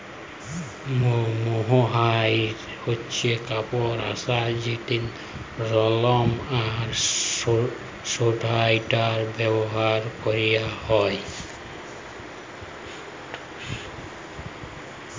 mohair হছে কাপড়ের আঁশ যেট লরম আর সোয়েটারে ব্যাভার ক্যরা হ্যয়